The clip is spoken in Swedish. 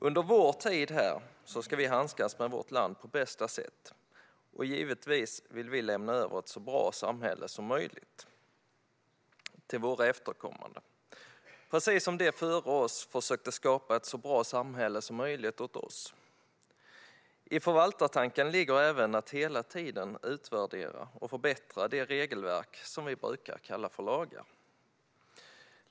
Under vår tid här ska vi handskas med vårt land på bästa sätt, och givetvis vill vi lämna över ett så bra samhälle som möjligt till våra efterkommande, precis som de före oss försökte skapa ett så bra samhälle som möjligt åt oss. I förvaltartanken ligger även att hela tiden utvärdera och förbättra det regelverk som vi brukar kalla för lagar.